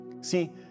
See